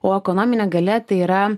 o ekonominė galia tai yra